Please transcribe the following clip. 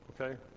Okay